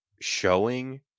showing